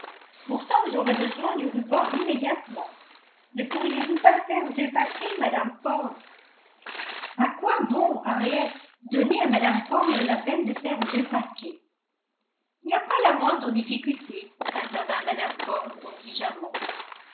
pourtant j'aurais besoin du ruban immédiatement ne pourriez-vous pas faire deux paquets mme ford à quoi bon henriette donner à mme ford la peine de faire deux paquets il n'y a pas la moindre difficulté intervint mme ford obligeamment